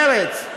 מרצ,